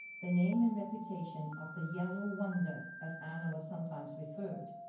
the name and reputation of the yellow wonder, as anna was sometimes referred,